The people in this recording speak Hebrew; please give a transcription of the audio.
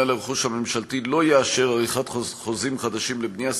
על הרכוש הממשלתי לא יאשר עריכת חוזים חדשים לבנייה,